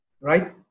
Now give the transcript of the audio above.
Right